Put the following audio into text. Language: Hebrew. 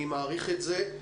אני מעריך את זה.